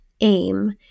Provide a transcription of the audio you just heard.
AIM